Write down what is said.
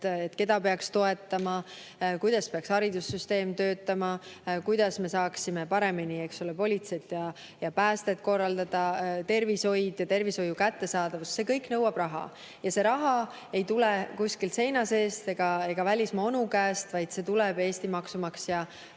keda peaks toetama, kuidas peaks haridussüsteem töötama, kuidas me saaksime paremini politseid ja päästet korraldada, tervishoid ja tervishoiu kättesaadavus. See kõik nõuab raha ja see raha ei tule kuskilt seina seest ega välismaa onu käest, vaid see tuleb Eesti maksumaksja